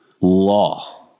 law